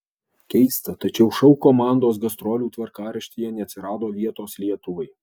keista tačiau šou komandos gastrolių tvarkaraštyje neatsirado vietos lietuvai